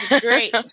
Great